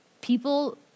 people